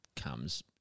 comes